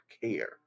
care